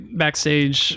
backstage